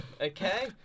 Okay